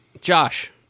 josh